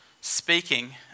speaking